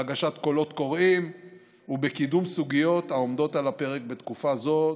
בהגשת קולות קוראים ובקידום סוגיות העומדות על הפרק בתקופה הזאת,